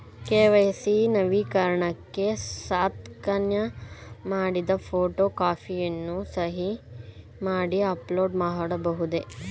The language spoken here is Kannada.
ಕೆ.ವೈ.ಸಿ ನವೀಕರಣಕ್ಕೆ ಸ್ಕ್ಯಾನ್ ಮಾಡಿದ ಫೋಟೋ ಕಾಪಿಯನ್ನು ಸಹಿ ಮಾಡಿ ಅಪ್ಲೋಡ್ ಮಾಡಬಹುದೇ?